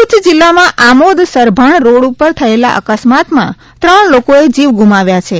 ભરૂચ જિલ્લામાં આમોદ સરભાણ રોડ ઉપ ર થયેલા અકસ્માતમાં ત્રણ લોકોએ જીવ ગુમાવ્યા છે